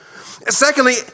Secondly